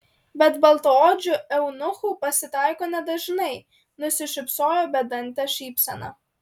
bet baltaodžių eunuchų pasitaiko nedažnai nusišypsojo bedante šypsena